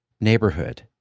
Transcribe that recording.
neighborhood